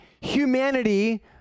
humanity